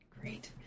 Great